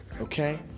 Okay